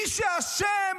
מי שאשם,